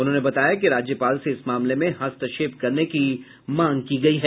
उन्होंने बताया कि राज्यपाल से इस मामले में हस्तक्षेप करने की मांग की गयी है